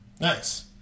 Nice